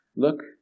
Look